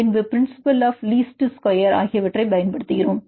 பின்பு principle of least square பயன்படுத்துகிறோம்